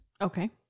Okay